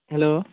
hello